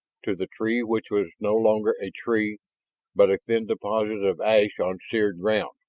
to the tree which was no longer a tree but a thin deposit of ash on seared ground.